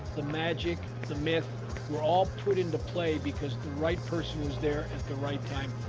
the magic, the myth were all put into play because the right person was there the right time.